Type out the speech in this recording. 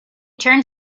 turned